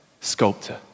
sculptor